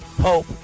hope